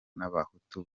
n’abahutu